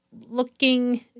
looking